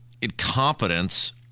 incompetence